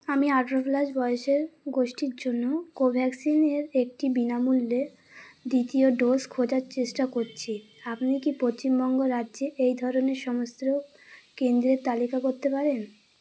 আমি আঠেরো প্লাস বয়সের গোষ্ঠীর জন্য কোভ্যাক্সিন এ একটি বিনামূল্যে দ্বিতীয় ডোজ খোঁজার চেষ্টা করছি আপনি কি পশ্চিমবং রাজ্যে এই ধরনের সমস্ত কেন্দ্রের তালিকা করতে পারেন